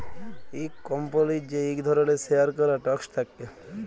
ইক কম্পলির যে ইক ধরলের শেয়ার ক্যরা স্টক থাক্যে